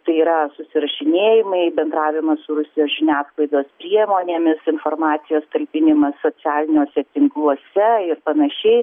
tai yra susirašinėjimai bendravimas su rusijos žiniasklaidos priemonėmis informacijos talpinimas socialiniuose tinkluose ir panašiai